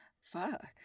Fuck